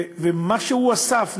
ומה שהוא אסף,